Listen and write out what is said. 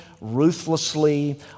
ruthlessly